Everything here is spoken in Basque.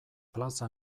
plaza